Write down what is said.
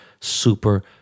Super